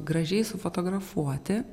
gražiai sufotografuoti